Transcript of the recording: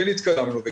כן התקדמנו.